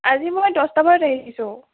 আজি মই দহটা বজাত আহিছোঁ